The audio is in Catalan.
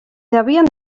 devien